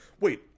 Wait